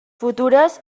futures